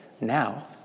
Now